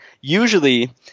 Usually